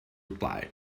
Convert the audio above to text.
reply